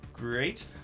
Great